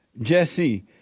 Jesse